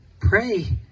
Pray